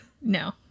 No